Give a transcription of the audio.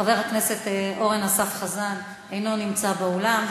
חבר הכנסת אורן אסף חזן, אינו נמצא באולם.